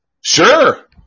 Sure